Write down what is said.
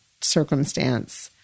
circumstance